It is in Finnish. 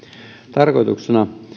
tarkoituksena